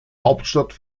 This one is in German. hauptstadt